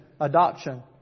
adoption